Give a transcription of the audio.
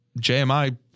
JMI